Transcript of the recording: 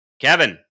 Kevin